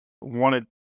wanted